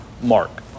Mark